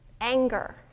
anger